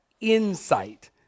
insight